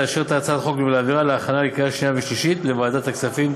לאשר את הצעת החוק ולהעבירה להכנה לקריאה שנייה ושלישית לוועדת הכספים.